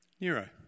Nero